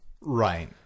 Right